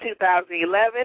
2011